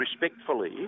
respectfully